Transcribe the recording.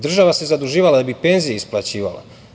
Država se zaduživala da bi penzije isplaćivala.